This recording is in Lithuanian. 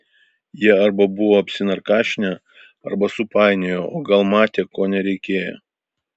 jie arba buvo apsinarkašinę arba supainiojo o gal matė ko nereikėjo